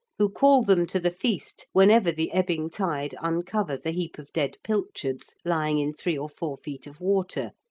who call them to the feast whenever the ebbing tide uncovers a heap of dead pilchards lying in three or four feet of water,